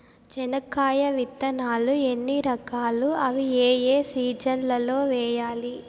చెనక్కాయ విత్తనాలు ఎన్ని రకాలు? అవి ఏ ఏ సీజన్లలో వేయాలి?